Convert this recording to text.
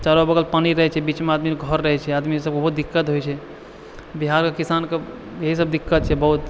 चारो बगल पानि रहै छै बीचमे आदमीके घर रहै छै आदमी सबके बहुत दिक्कत होइ छै बिहारके किसानके एही सब दिक्कत छै बहुत